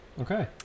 Okay